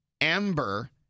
Amber